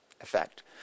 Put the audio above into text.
effect